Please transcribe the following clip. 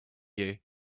you